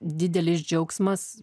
didelis džiaugsmas